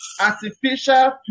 Artificial